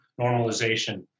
normalization